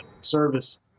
service